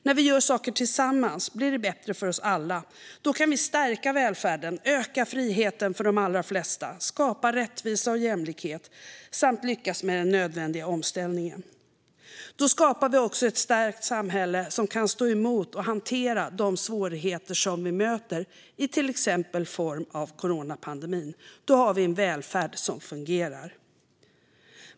När vi gör saker tillsammans blir det bättre för oss alla. Då kan vi stärka välfärden, öka friheten för de allra flesta, skapa rättvisa och jämlikhet samt lyckas med den nödvändiga omställningen. Då skapar vi också ett starkt samhälle som kan stå emot och hantera de svårigheter som vi möter, till exempel i form av coronapandemin. Då har vi en välfärd som fungerar.